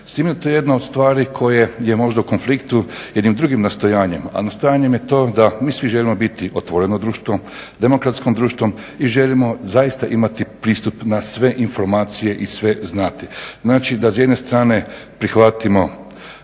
S tim je jedna od stvari koja je možda u konfliktu jednim drugim nastojanjem a nastojanjem je to da mi svi želimo biti otvoreno društvo, demokratsko društvo i želimo zaista imati pristup na sve informacije i sve znati. Znači da s jedne strane prihvatimo